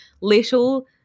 little